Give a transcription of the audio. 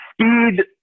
speed